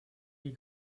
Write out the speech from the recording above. you